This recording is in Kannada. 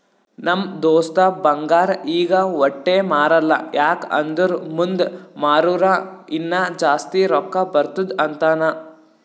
ನಮ್ ದೋಸ್ತ ಬಂಗಾರ್ ಈಗ ವಟ್ಟೆ ಮಾರಲ್ಲ ಯಾಕ್ ಅಂದುರ್ ಮುಂದ್ ಮಾರೂರ ಇನ್ನಾ ಜಾಸ್ತಿ ರೊಕ್ಕಾ ಬರ್ತುದ್ ಅಂತಾನ್